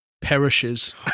perishes